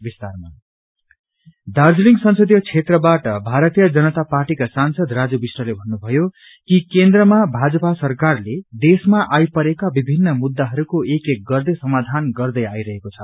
MP Bisht Darjeeling संसदीय क्षेत्रबाट भारतीय जनमा पार्टीका सांसद राजु विष्टले भन्नुभयो कि केन्द्रमा भाजपा सरकारले देशमा आई परेका विभिन्न मुद्दाहरूको एक एक गर्दै समाधान गर्दै आई रहेको छ